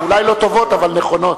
אולי לא טובות, אבל נכונות.